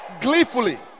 Gleefully